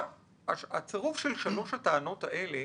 הצירוף של שלוש הטענות האלו